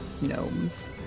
gnomes